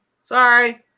Sorry